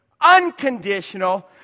unconditional